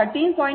23 √ 2 ಆಗಿದೆ